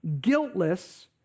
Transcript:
guiltless